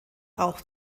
auch